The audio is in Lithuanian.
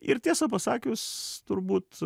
ir tiesą pasakius turbūt